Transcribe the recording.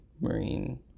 Marine